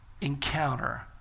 encounter